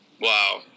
Wow